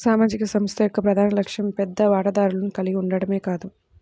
సామాజిక సంస్థ యొక్క ప్రధాన లక్ష్యం పెద్ద వాటాదారులను కలిగి ఉండటమే కాదు